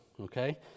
Okay